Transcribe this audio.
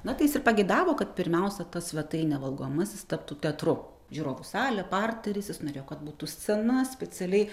na tai is ir pageidavo kad pirmiausia ta svetainė valgomasis taptų teatru žiūrovų salė parteris jis norėjo kad būtų scena specialiai